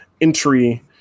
entry